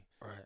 Right